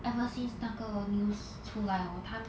ever since 那个 news 出来 hor 她